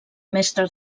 mestre